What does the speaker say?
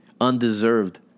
Undeserved